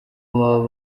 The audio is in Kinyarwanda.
baba